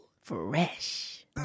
fresh